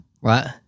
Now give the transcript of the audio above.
right